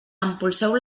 empolseu